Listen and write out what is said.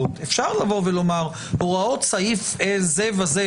שמפלגות אחרות בחרו מועמדים בדרכים אחרות.